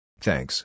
Thanks